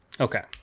Okay